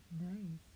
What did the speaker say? mm